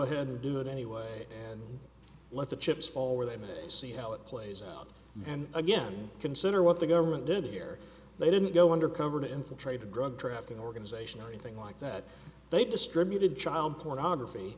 ahead and do it anyway and let the chips fall where they may see how it plays out and again consider what the government did here they didn't go undercover to infiltrate a drug trafficking organization or anything like that they distributed child pornography